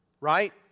Right